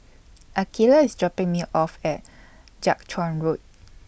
Akeelah IS dropping Me off At Jiak Chuan Road